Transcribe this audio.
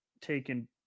taken